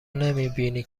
نمیبینی